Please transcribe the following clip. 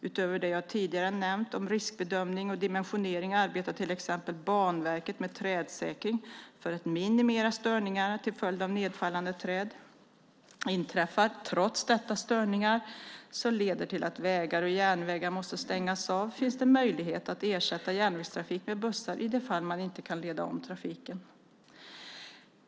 Utöver det jag tidigare nämnt om riskbedömning och dimensionering arbetar till exempel Banverket med trädsäkring för att minimera störningarna till följd av nedfallande träd. Inträffar trots detta störningar som leder till att vägar och järnvägar måste stängas av finns möjlighet att ersätta järnvägstrafik med bussar, i de fall man inte kan leda om trafiken.